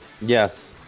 Yes